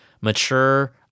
mature